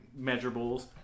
measurables